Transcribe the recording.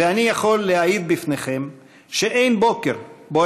ואני יכול להעיד לפניכם שאין בוקר שבו